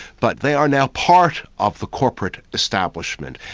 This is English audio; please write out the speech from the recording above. but they are now part of the corporate establishment,